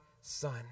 son